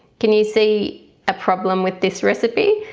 can you see a problem with this recipe?